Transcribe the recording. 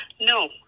No